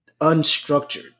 unstructured